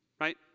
Right